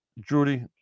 Judy